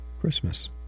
Christmas